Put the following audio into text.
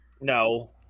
No